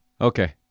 Okay